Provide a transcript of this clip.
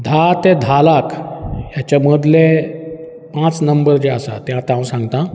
धा ते धा लाख हेच्या मदले पांच नंबर जे आसा तें आतां हांव सांगतां